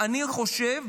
אני חושב,